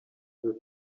were